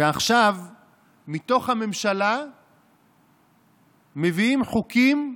ועכשיו מתוך הממשלה מביאים חוקים,